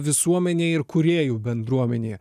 visuomenėj ir kūrėjų bendruomenėje